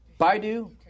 Baidu